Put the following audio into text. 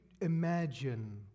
imagine